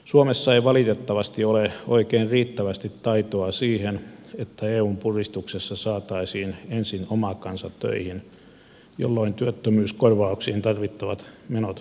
suomessa ei valitettavasti ole oikein riittävästi taitoa siihen että eun puristuksessa saataisiin ensin oma kansa töihin jolloin työttömyyskorvauksiin tarvittavat menot pienenisivät